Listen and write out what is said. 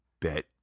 bet